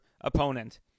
opponent